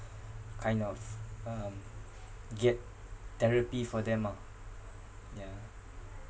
kind of um get therapy for them ah yeah